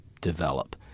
develop